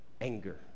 anger